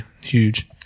huge